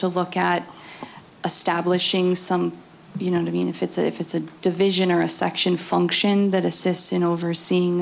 to look at a stablish ing some you know i mean if it's if it's a division or a section function that assists in overseeing